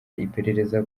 iperereza